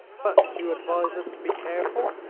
but you advise us to be careful?